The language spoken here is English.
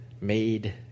made